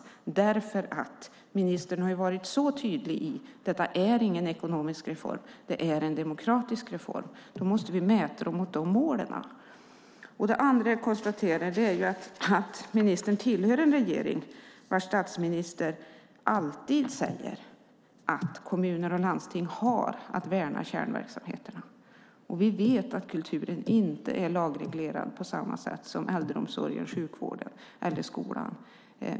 Ministern har nämligen varit så tydlig i att detta inte är någon ekonomisk reform utan en demokratisk reform. Då måste vi mäta mot dessa mål. Jag konstaterar också att ministern tillhör en regering vars statsminister alltid säger att kommuner och landsting har att värna kärnverksamheterna, och vi vet att kulturen inte är lagreglerad på samma sätt som äldreomsorgen, sjukvården eller skolan.